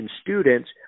students